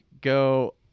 go